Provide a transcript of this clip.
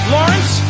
Lawrence